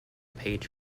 page